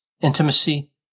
intimacy